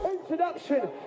Introduction